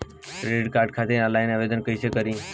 Credit card खातिर online आवेदन कइसे करि?